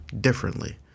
differently